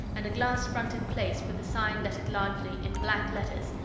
and a glass-fronted place with a sign lettered largely, in black letters,